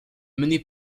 mené